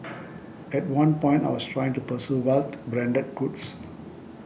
at one point I was trying to pursue wealth branded goods